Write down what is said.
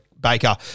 Baker